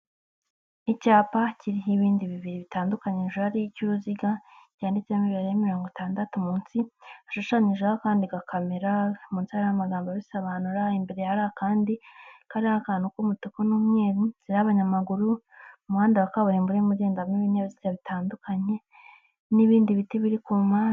Icyapa kiriho ibindi bibiri bitandukanyekanje ari icy'uruziga cyanyanditsemo miliyari mirongo itandatu munsi hashushanyijeho kandi kamera munsi n'amagambo abisobanura, imbere hari akandi kari akantu k'umutuku n'umweru, inzira y'abanyamaguru umuhanda wa kaburimbo ugendamo ibinyabiziga bitandukanye n'ibindi biti biri ku mpande.